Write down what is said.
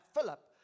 Philip